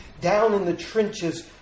down-in-the-trenches